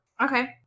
Okay